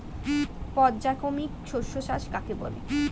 পর্যায়ক্রমিক শস্য চাষ কাকে বলে?